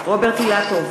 רוברט אילטוב,